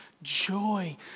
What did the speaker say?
Joy